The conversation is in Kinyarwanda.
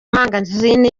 mangazini